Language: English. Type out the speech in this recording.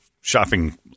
shopping